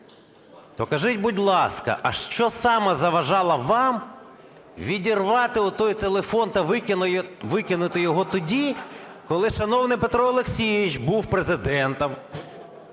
То скажіть, будь ласка, а що саме заважало вам відірвати той телефон та викинути його тоді, коли шановний Петро Олексійович був Президентом,